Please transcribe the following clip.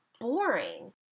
boring